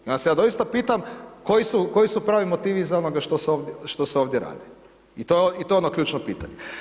Onda se ja doista pitam koji su pravi motivi za onoga što se ovdje radi i to je ono ključno pitanje.